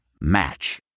Match